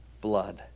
blood